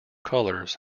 colours